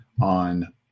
on